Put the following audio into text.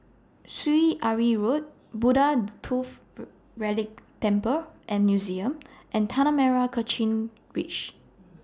Syed Alwi Road Buddha Tooth Relic Temple and Museum and Tanah Merah Kechil Ridge